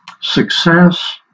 success